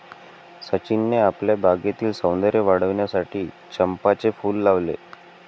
सचिनने आपल्या बागेतील सौंदर्य वाढविण्यासाठी चंपाचे फूल लावले